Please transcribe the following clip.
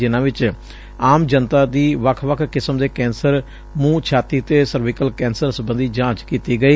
ਜਿਨਾਂ ਵਿੱਚ ਆਮ ਜਨਤਾ ਦੀ ਵੱਖ ਵੱਖ ਕਿਸਮ ਦੇ ਕੈਂਸਰ ਮੁੰਹ ਛਾਤੀ ਤੇ ਸਰਵਿਕਲ ਕੈਂਸਰ ਸਬੰਧੀ ਜਾਚ ਕੀਤੀ ਗਈ